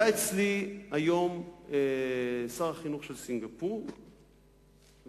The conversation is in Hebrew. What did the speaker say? היה אצלי היום שר החינוך של סינגפור ושוחחנו.